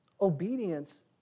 obedience